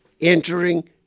entering